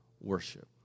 worship